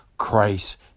Christ